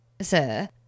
sir